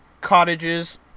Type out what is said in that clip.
cottages